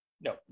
No